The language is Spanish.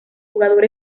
jugador